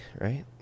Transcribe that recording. right